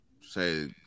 say